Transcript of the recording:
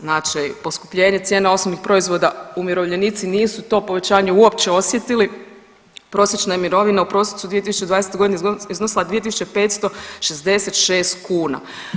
Znači poskupljenje cijena osnovnih proizvoda umirovljenici nisu to povećane uopće osjetili, prosječna je mirovina u prosincu 2020.g. iznosila 2.566 kuna.